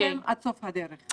איתכם עד סוף הדרך.